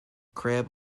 crab